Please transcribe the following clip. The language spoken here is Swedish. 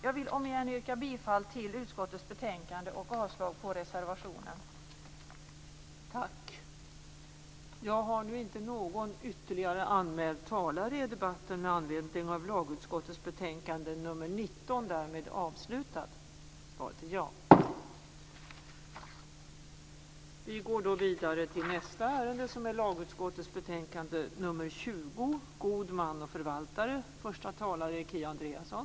Jag vill om igen yrka bifall till utskottets hemställan och avslag på reservationen.